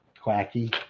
Quacky